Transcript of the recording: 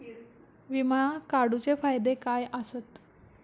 विमा काढूचे फायदे काय आसत?